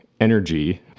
energy